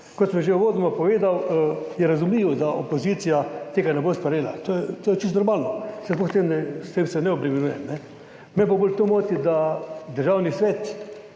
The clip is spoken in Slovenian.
Kot sem že uvodoma povedal je razumljivo, da opozicija tega ne bo sprejela. To je čisto normalno, s tem se ne obremenjujem. Me pa bolj to moti, da Državni svet